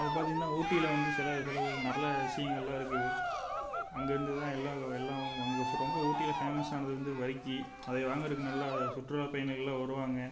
அது பார்த்திங்னா ஊட்டி வந்து சில இதில் நல்ல விஷயங்கள்லாம் இருக்குது அங்கே இருந்து தான் எல்லாம் எல்லாம் ரொம்ப ஊட்டியில் ஃபேமஸ் ஆனது வந்து வரிக்கி அதை வாங்கிறக்கு நல்லா சுற்றுலா பயணிகள்லாம் வருவாங்க